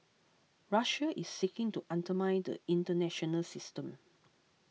Russia is seeking to undermine the international system